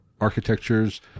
architectures